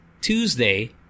Tuesday